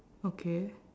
okay